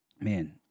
man